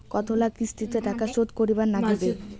কতোলা কিস্তিতে টাকা শোধ করিবার নাগীবে?